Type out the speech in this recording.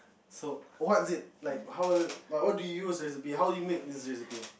so what's it like how like what how you you use this recipe how do you make this recipe